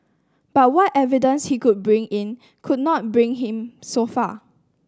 but what evidence he could bring in could not bring him so far